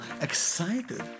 excited